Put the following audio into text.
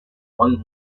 mont